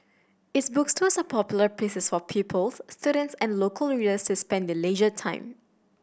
its bookstores are popular pieces for pupils students and local readers to spend their leisure time